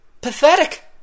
Pathetic